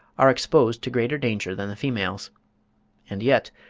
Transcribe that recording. are exposed to greater danger than the females and yet,